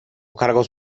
cargos